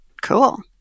Cool